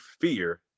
fear